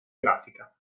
grafica